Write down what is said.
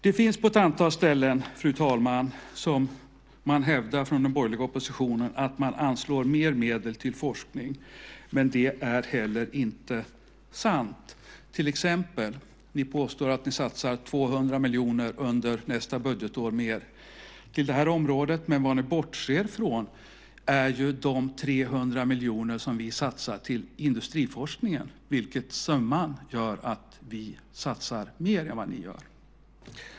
Det hävdas på ett antal ställen från den borgerliga oppositionen att man anslår mer medel till forskning, men det är heller inte sant. Ni påstår till exempel att ni satsar 200 miljoner mer under nästa budgetår till det här området, men vad ni bortser från är ju de 300 miljoner som vi satsar på industriforskningen, vilket sammanlagt gör att vi satsar mer än vad ni gör.